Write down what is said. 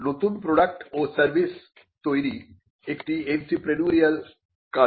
নতুন প্রোডাক্ট ও সার্ভিস তৈরি একটি এন্ত্রেপ্রেনিউরিয়াল কাজ